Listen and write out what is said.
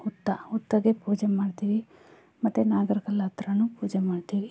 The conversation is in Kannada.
ಹುತ್ತ ಹುತ್ತಗೆ ಪೂಜೆ ಮಾಡ್ತೀವಿ ಮತ್ತು ನಾಗರ ಕಲ್ಲಹತ್ರ ಪೂಜೆ ಮಾಡ್ತೀವಿ